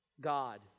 God